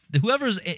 Whoever's